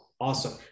Awesome